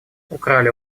украли